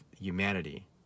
humanity